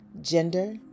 gender